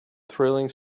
thrilling